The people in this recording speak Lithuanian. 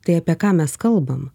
tai apie ką mes kalbam